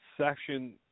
section